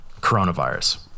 coronavirus